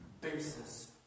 basis